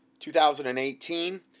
2018